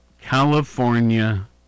California